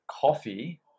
coffee